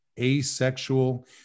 asexual